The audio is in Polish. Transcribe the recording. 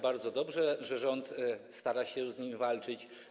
Bardzo dobrze, że rząd stara się z nim walczyć.